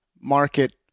market